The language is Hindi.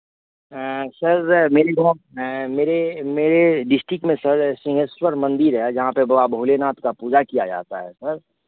सर मेरी मेरे मेरे डिस्ट्रिक्ट में सर सिंहेश्वर मंदिर है जहाँ पर बाबा भोलेनाथ का पूजा किया जाता है सर